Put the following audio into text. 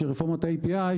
רפורמת ה-API,